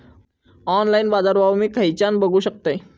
Online बाजारभाव मी खेच्यान बघू शकतय?